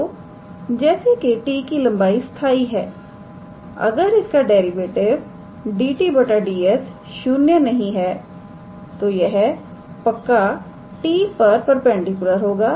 तो जैसे के t की लंबाई स्थाई है अगर इसका डेरिवेटिव 𝑑𝑡 𝑑𝑠 0 नहीं है तो यह पक्का t पर परपेंडिकुलर होगा